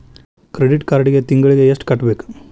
credit ಕಾರ್ಡಿಗಿ ತಿಂಗಳಿಗಿ ಎಷ್ಟ ಕಟ್ಟಬೇಕ